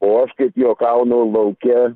o aš kaip juokaunu lauke